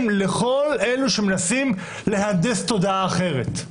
לכל אלה שמנסים להנדס תודעה אחרת.